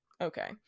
Okay